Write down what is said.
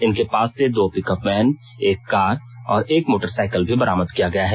इनके पास से दो पिकअप वैन एक कार और एक मोटरसाइकिल भी बरामद किया गया है